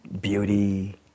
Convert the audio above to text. beauty